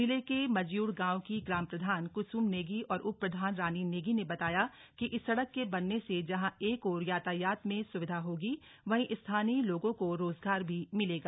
जिले के मंज्यूड गांव की ग्राम प्रधान कुसुम नेगी और उप प्रधान रानी नेगी ने बताया कि इस सड़क के बनने से जहां एक ओर यातायात में सुविधा होगी वहीं स्थानीय लोगों को रोजगार भी मिलेगा